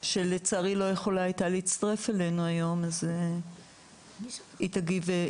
שלצערי לא יכולה הייתה להצטרף אלינו היום אז היא תגיב.